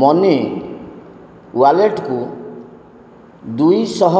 money ୱାଲେଟ୍କୁ ଦୁଇଶହ